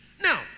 Now